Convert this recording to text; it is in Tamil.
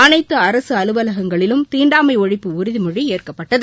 அனைத்து அரசு அலுவலகங்களிலும் தீண்டாமை ஒழிப்பு உறுதிமொழி ஏற்கப்பட்டது